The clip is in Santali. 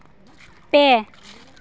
ᱯᱮ